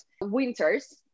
winters